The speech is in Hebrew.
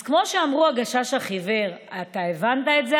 אז כמו שאמרו הגשש החיוור: אתה הבנת את זה,